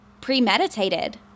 premeditated